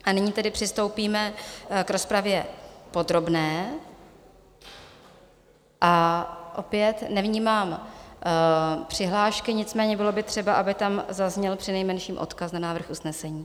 A nyní tedy přistoupíme k rozpravě podrobné a opět nevnímám přihlášky, nicméně bylo by třeba, aby tam zazněl přinejmenším odkaz na návrh usnesení.